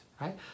right